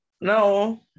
No